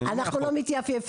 אנחנו לא מתייפייפים,